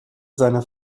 seine